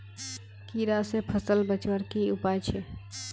कीड़ा से फसल बचवार की उपाय छे?